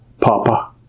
Papa